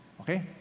Okay